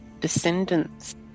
descendants